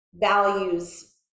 values